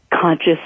Conscious